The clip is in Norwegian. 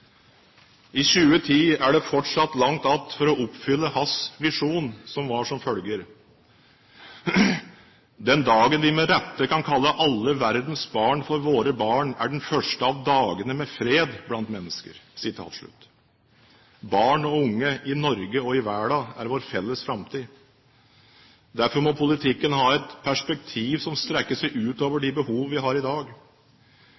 I 2010 er det fortsatt langt igjen til å oppfylle hans visjon, som var som følger: «Den dagen vi med rette kan kalle alle verdens barn for våre barn, er den første dagen med fred blant mennesker.» Barn og unge – i Norge og i verden – er vår felles framtid. Derfor må politikken ha et perspektiv som strekker seg utover